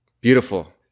beautiful